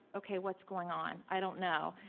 okay, what's going on? i don't know.